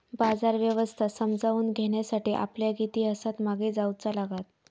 बाजार व्यवस्था समजावून घेण्यासाठी आपल्याक इतिहासात मागे जाऊचा लागात